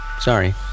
Sorry